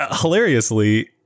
hilariously